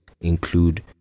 include